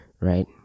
right